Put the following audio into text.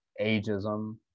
ageism